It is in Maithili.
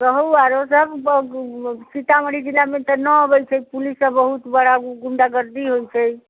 कहू आरो सभ सीतामढ़ी जिलामे तऽ नहि अबैत छै पुलिस सभ बहुत बड़ा गुण्डागर्दी होइत छै